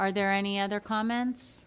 are there any other comments